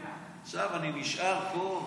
עכשיו אני נשאר פה.